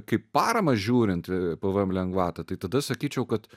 kaip paramą žiūrint pvm lengvatą tai tada sakyčiau kad